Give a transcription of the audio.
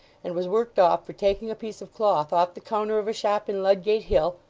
and was worked off for taking a piece of cloth off the counter of a shop in ludgate hill,